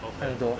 off hand 多